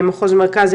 במחוז מרכז,